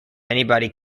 anybody